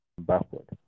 backward